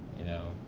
you know,